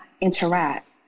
interact